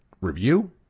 review